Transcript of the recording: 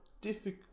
difficult